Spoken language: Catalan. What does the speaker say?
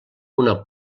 una